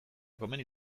komeni